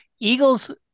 eagles